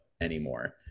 anymore